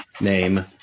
name